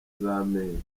z’amenyo